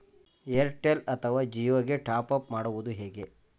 Airtel ಅಥವಾ Jio ಗೆ top up ಮಾಡುವುದು ಹೇಗೆ?